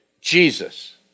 Jesus